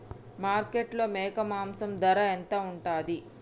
మార్కెట్లో మేక మాంసం ధర ఎంత ఉంటది?